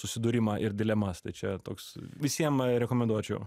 susidūrimą ir dilemas tai čia toks visiem rekomenduočiau